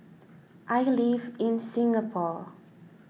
I live in Singapore